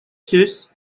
сүз